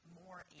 more